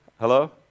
Hello